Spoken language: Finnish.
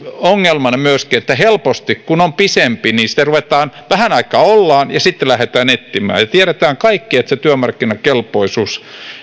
ongelmana myöskin se että kun on pidempi helposti vähän aikaa ollaan ja sitten lähdetään etsimään ja me kaikki tiedämme että se työmarkkinakelpoisuus